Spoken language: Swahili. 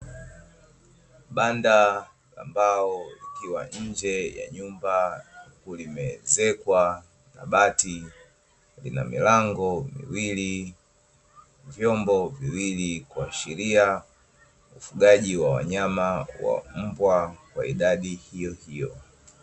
Banda la mbao likiwa nje ya nyumba, huku limeezekwa na bati, lina milango miwili, vyombo viwili kuashiria ufugaji wa wanyama wa mbwa wa idadi hiyo hiyo.